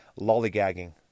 lollygagging